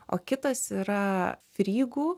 o kitas yra frygų